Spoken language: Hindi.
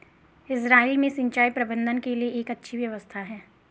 इसराइल में सिंचाई प्रबंधन के लिए एक अच्छी व्यवस्था है